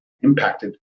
impacted